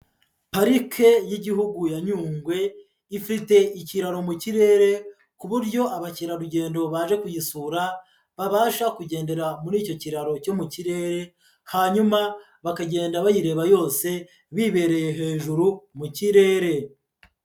Parike y'Igihugu ya Nyungwe, ifite ikiraro mu kirere, ku buryo abakerarugendo baje kuyisura, babasha kugendera muri icyo kiraro cyo mu kirere, hanyuma bakagenda bayireba yose, bibereye hejuru mu kirere.